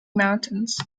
mountains